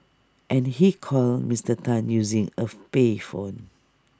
and he called Mister Tan using A payphone